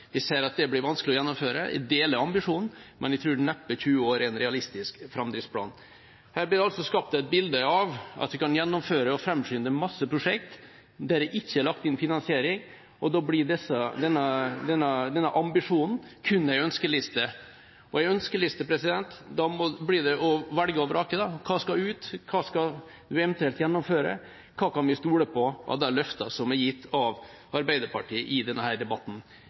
Jeg ser at det blir vanskelig å gjennomføre. Jeg deler ambisjonen, men jeg tror neppe at 20 år er en realistisk framdriftsplan. Her blir det altså skapt et bilde av at vi kan gjennomføre og framskynde en masse prosjekt det ikke er lagt inn finansiering til, og da blir denne ambisjonen kun en ønskeliste. Da blir det å velge og vrake: Hva skal ut, og hva skal eventuelt gjennomføres? Hva kan en stole på av de løftene som er gitt av Arbeiderpartiet i denne debatten?